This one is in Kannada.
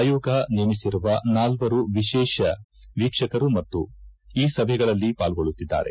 ಆಯೋಗ ನೇಮಿಸಿರುವ ನಾಲ್ವರು ವಿಶೇಷ ವೀಕ್ಷಕರು ಈ ಸಭೆಗಳಲ್ಲಿ ಪಾಲೊಗಳ್ಳುತ್ತಿದ್ದಾರೆ